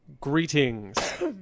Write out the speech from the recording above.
Greetings